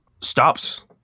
stops